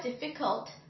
difficult